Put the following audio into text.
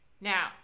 Now